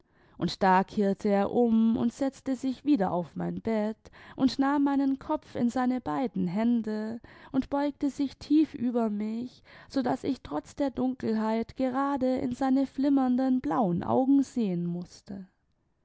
und da kehrte er um imd setzte sich wieder auf mein bett und nahm meinen kopf in seine beiden hände und beugte sich tief über mich so daß ich trotz der dunkelheit gerade in seine flimmernden blauen augen sehen mußte